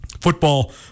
football